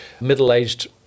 middle-aged